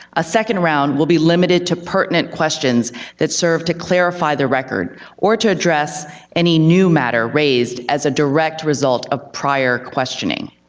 a second round will be limited to pertinent questions that serve to clarify the record or to address any new matter raised as a direct result of prior questioning.